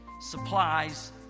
supplies